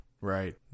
right